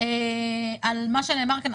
על מה שנאמר כאן.